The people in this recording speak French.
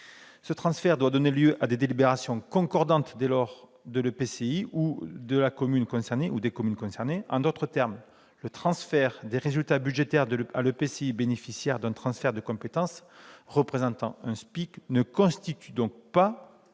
Ce transfert doit donner lieu à des délibérations concordantes de l'EPCI ou de la commune concernée. En d'autres termes, le transfert des résultats budgétaires à l'EPCI bénéficiaire d'un transfert de compétences représentant un SPIC ne constitue donc pas